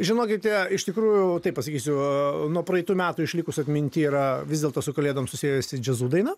žinokite iš tikrųjų taip pasakysiu nuo praeitų metų išlikus atminty yra vis dėlto su kalėdom susiejusi džiazu daina